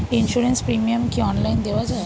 Insurance premium কি online দেওয়া যায়?